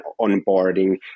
onboarding